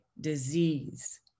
disease